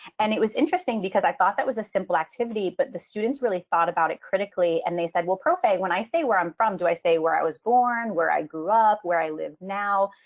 and it was interesting because i thought that was a simple activity. but the students really thought about it critically and they said, well, profe, when i say where i'm from, do i say where i was born, where i grew up, where i live now?